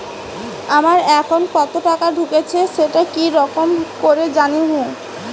আমার একাউন্টে কতো টাকা ঢুকেছে সেটা কি রকম করি জানিম?